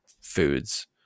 foods